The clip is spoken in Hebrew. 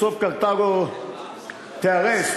בסוף קרתגו תיהרס,